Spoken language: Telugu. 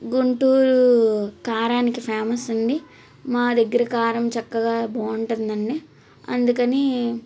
గుంటూరు కారానికి ఫేమస్ అండి మాదగ్గర కారం చక్కగా బాగంటుందండి అందుకనీ